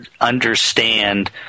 understand